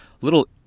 little